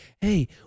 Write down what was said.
hey